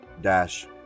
dash